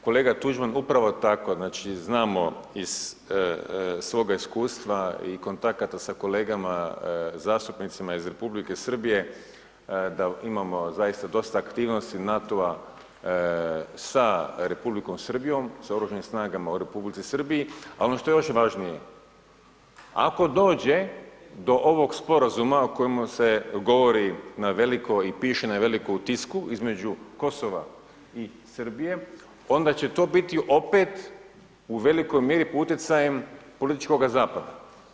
Kolega Tuđman, upravo tako, znači znamo iz svog iskustva i kontakata sa kolegama zastupnicima iz Republike Srbije da imamo zaista dosta aktivnosti NATO-a sa Republikom Srbijom, sa OS-om u Republici Srbiji, ali ono što je još važnije, ako dođe do ovog sporazuma o kojemu se govori na veliko i piše na veliko u tisku između Kosova i Srbije, onda će to biti opet u velikoj mjeri pod utjecajem političkog zapada.